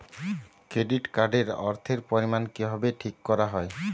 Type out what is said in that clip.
Credit card এর অর্থের পরিমান কিভাবে ঠিক করা হয়?